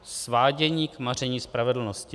Svádění k maření spravedlnosti.